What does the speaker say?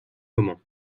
moment